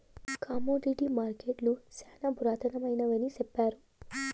commodity మార్కెట్టులు శ్యానా పురాతనమైనవి సెప్తారు